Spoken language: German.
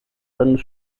seines